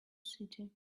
city